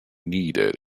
needed